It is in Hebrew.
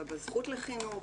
בזכות לחינוך.